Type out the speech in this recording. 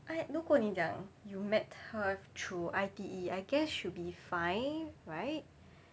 I 如果你讲 you met her through I_T_E I guess should be fine right